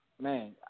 man